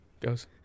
Goes